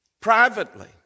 privately